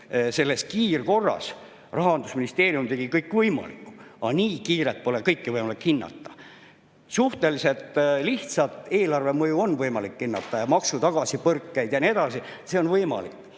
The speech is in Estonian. küll kiirkorras kõik võimaliku, aga nii kiirelt pole kõike võimalik hinnata. Suhteliselt lihtsat eelarve mõju on võimalik hinnata ja maksu tagasipõrkeid ja nii edasi, see on võimalik,